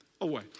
away